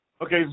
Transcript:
Okay